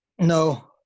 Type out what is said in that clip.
No